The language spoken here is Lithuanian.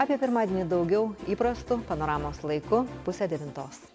apie pirmadienį daugiau įprastu panoramos laiku pusę devintos